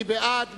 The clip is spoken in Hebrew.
מי בעד?